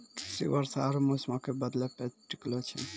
कृषि वर्षा आरु मौसमो के बदलै पे टिकलो छै